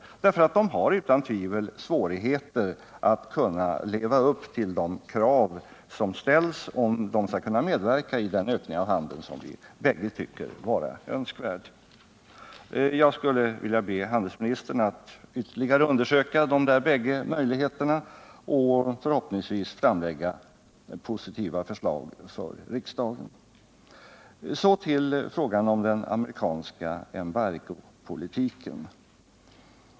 De mindre företagen har utan tvivel svårigheter att leva upp till de krav som ställs för att de skall kunna medverka till den ökning av handeln som vi båda anser vara önskvärd. Jag skulle vilja be handelsministern att ytterligare undersöka dessa båda möjligheter och — förhoppningsvis — lägga fram positiva förslag för riksdagen. Så till frågan om den amerikanska embargopolitiken.